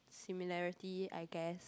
similarity I guess